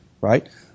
Right